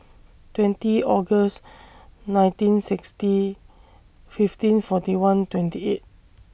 twenty August nineteen sixty fifteen forty one twenty eight